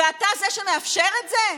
ואתה זה שמאפשר את זה?